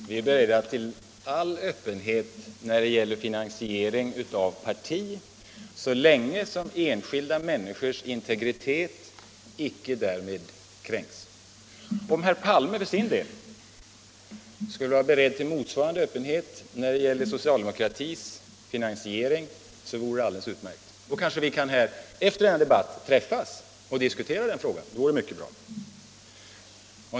Herr talman! Vi är beredda till all öppenhet när det gäller partifinansiering så länge som enskilda människors integritet icke därmed kränks. Om herr Palme för sin del skulle vara beredd till motsvarande öppenhet när det gäller socialdemokratins finansiering, vore det alldeles utmärkt. Vi kanske kan träffas efter denna debatt och diskutera den frågan. Det vore mycket bra.